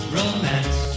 romance